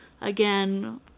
Again